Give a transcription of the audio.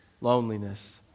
loneliness